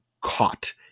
caught